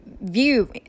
view